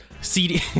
CD